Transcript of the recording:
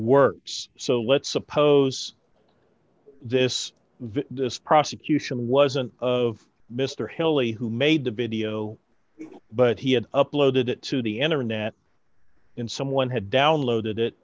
works so let's suppose this this prosecution wasn't of mr hilary who made the video but he had uploaded it to the internet and someone had downloaded it